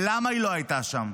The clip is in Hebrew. למה היא לא הייתה שם?